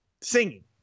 singing